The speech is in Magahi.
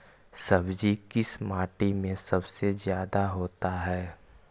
सब्जी किस माटी में सबसे ज्यादा होता है?